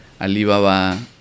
Alibaba